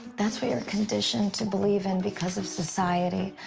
that's what you're conditioned to believe in because of society.